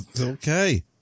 okay